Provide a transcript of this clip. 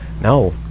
no